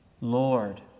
Lord